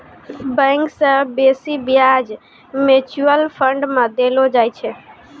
bank से बेसी ब्याज म्यूचुअल फंड मे देलो जाय छै